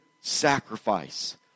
sacrifice